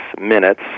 minutes